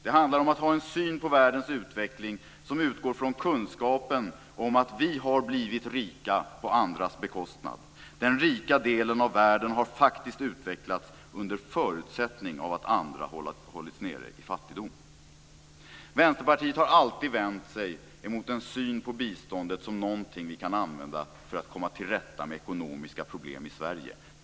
Det handlar om att ha en syn på världens utveckling som utgår från kunskapen att vi har blivit rika på andras bekostnad. Den rika delen av världen har faktiskt utvecklats under förutsättningen att andra hållits nere i fattigdom. Vänsterpartiet har alltid vänt sig mot en syn på biståndet som något som vi kan använda för att komma till rätta med ekonomiska problem i Sverige.